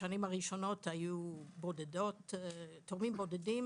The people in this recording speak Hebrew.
בשנים הראשונות היו תורמים בודדים